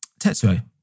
Tetsuo